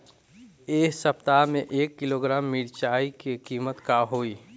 एह सप्ताह मे एक किलोग्राम मिरचाई के किमत का होई?